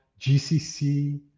GCC